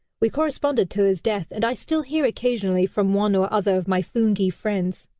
we corresponded till his death, and i still hear occasionally from one or other of my phoonghi friends.